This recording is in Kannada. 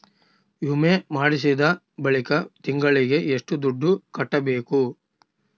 ವಿಮೆ ಮಾಡಿಸಿದ ಬಳಿಕ ತಿಂಗಳಿಗೆ ಎಷ್ಟು ದುಡ್ಡು ಕಟ್ಟಬೇಕು?